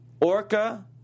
Orca